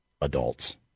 adults